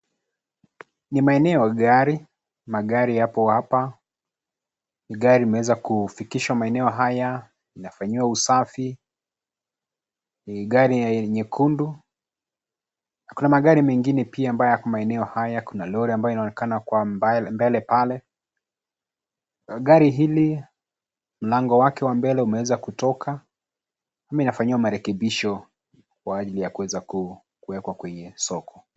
Ni maeneo ya gari, magari yapo hapa, gari imeweza kufikishwa maeneo haya inafanyiwa usafi, ni gari nyekundu, kuna magari mengine pia ambayo yako maeneo haya, kuna lori ambayo inaonekana kwa mbali mbele pale. Gari hili mlango wake wa mbele umeweza kutoka, inafanyiwa marekebisho kwa ajili ya kuweza kuwekwa kwenye soko.